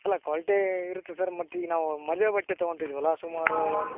ಅಲ್ಲ ಕ್ವಾಲ್ಟೀ ಇರುತ್ತೆ ಸರ್ ಮತ್ತು ಈಗ ನಾವು ಮದುವೆ ಬಟ್ಟೆ ತಗೊತಿದ್ವಲ್ಲ ಸುಮಾರು ಒಂದು